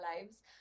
lives